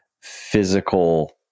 physical